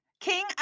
king